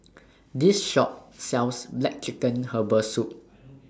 This Shop sells Black Chicken Herbal Soup